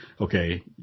okay